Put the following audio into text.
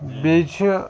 بیٚیہِ چھِ